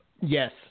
Yes